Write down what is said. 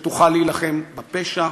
שתוכל להילחם בפשע,